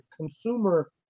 consumer